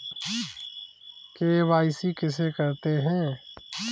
KYC किसे कहते हैं?